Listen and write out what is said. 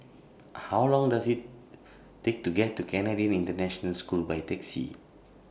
How Long Does IT Take to get to Canadian International School By Taxi